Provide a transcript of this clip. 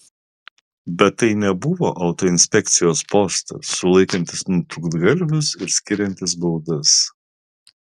bet tai nebuvo autoinspekcijos postas sulaikantis nutrūktgalvius ir skiriantis baudas